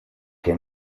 que